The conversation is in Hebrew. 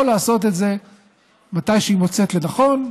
או לעשות את זה מתי שהיא מוצאת לנכון,